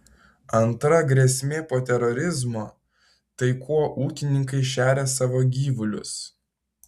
antra grėsmė po terorizmo tai kuo ūkininkai šeria savo gyvulius